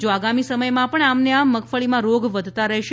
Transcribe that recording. જો આગામી સમયમાં પણ આમને આમ મગફળીમાં રોગ વધતા રહેશે